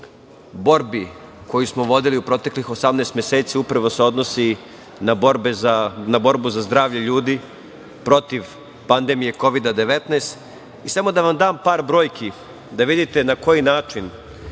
borbi koju smo vodili u proteklih 18 meseci, upravo se odnosi na borbu za zdravlje ljudi protiv panedmije Kovida 19, i samo da vam dam par brojki da vidite na koji način